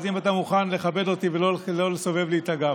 אז אם אתה מוכן לכבד אותי ולא לסובב לי את הגב.